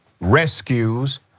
rescues